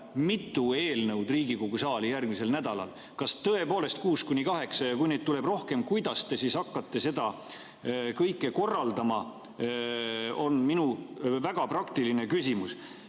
mitu eelnõu Riigikogu saali järgmiseks nädalaks. Kas tõepoolest võib olla 6–8? Kui neid tuleb rohkem, kuidas te siis hakkate seda kõike korraldama? See on minu väga praktiline küsimus. Edasi,